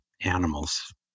animals